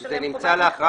יש עליהן חובת מכרזים.